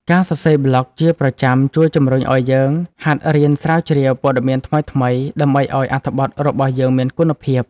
ការសរសេរប្លក់ជាប្រចាំជួយជម្រុញឱ្យយើងហាត់រៀនស្រាវជ្រាវព័ត៌មានថ្មីៗ ដើម្បីឱ្យអត្ថបទរបស់យើងមានគុណភាព។